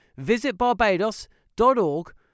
visitbarbados.org